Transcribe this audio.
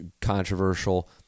controversial